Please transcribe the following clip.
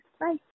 bye